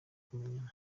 kumenyana